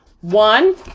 One